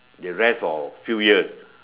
they rest for few years